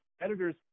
editors